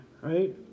right